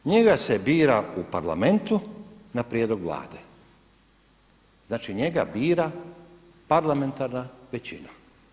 Njega se bira u Parlamentu na prijedlog Vlade, znači njega bira parlamentarna većina.